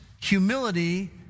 humility